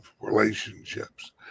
relationships